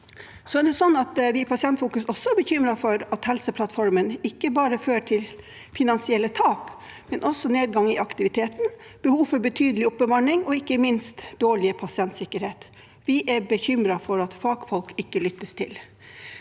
Vi i Pasientfokus er også bekymret for at Helseplattformen ikke bare fører til finansielle tap, men også til nedgang i aktiviteten, behov for betydelig oppbemanning og ikke minst dårlig pasientsikkerhet. Vi er bekymret for at fagfolk ikke lyttes til.